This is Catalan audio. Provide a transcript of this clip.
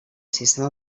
sistema